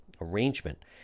arrangement